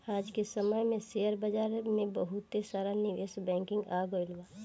आज के समय में शेयर बाजार में बहुते सारा निवेश बैंकिंग आ गइल बा